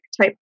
type